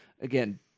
again